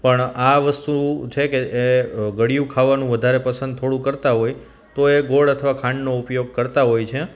પણ આ વસ્તુ છેકે એ ગળ્યું ખાવાનું વધારે પસંદ થોડું કરતાં હોય તોય ગોળ અથવા ખાંડનો ઉપયોગ કરતાં હોય છે